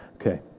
Okay